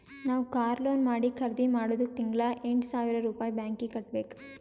ನಾವ್ car loan ಮಾಡಿ ಖರ್ದಿ ಮಾಡಿದ್ದುಕ್ ತಿಂಗಳಾ ಎಂಟ್ ಸಾವಿರ್ ರುಪಾಯಿ ಬ್ಯಾಂಕೀಗಿ ಕಟ್ಟಬೇಕ್